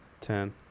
Ten